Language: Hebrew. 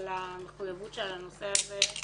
על המחויבות שלה לנושא הזה.